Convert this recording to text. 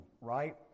right